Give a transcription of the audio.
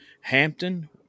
Hampton